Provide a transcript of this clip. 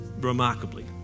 remarkably